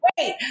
wait